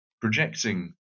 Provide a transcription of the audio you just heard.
projecting